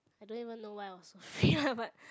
I don't even know why I was so fit lah but